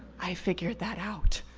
i figured that out.